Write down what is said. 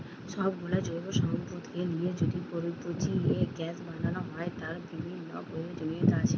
সব গুলো জৈব সম্পদকে লিয়ে যদি পচিয়ে গ্যাস বানানো হয়, তার বিভিন্ন প্রয়োজনীয়তা আছে